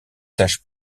tâches